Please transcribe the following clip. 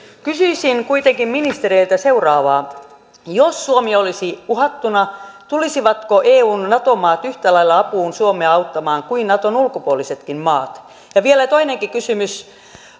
kysyisin kuitenkin ministereiltä seuraavaa jos suomi olisi uhattuna tulisivatko eun nato maat yhtä lailla apuun suomea auttamaan kuin naton ulkopuolisetkin maat ja vielä toinenkin kysymys